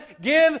Give